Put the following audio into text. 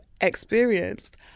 experienced